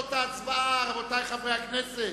תוצאות ההצבעה, רבותי חברי הכנסת: